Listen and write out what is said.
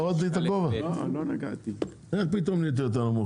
השאלה הזאת גררה בעצם דיון פנימי בעניין